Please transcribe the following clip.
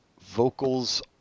vocals